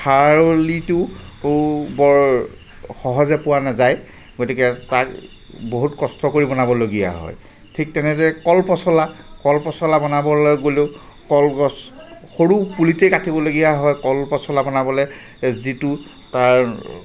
খাৰলিটো বৰ সহজে পোৱা নাযায় গতিকে তাক বহুত কষ্ট কৰি বনাবলগীয়া হয় ঠিক তেনেদৰে কল পচলা কল পচলা বনাবলৈ গ'লেও কলগছ সৰু পুলিতেই কাটিবলগীয়া হয় কল পচলা বনাবলৈ যিটো তাৰ